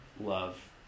love